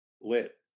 Lit